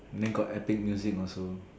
then got epic music also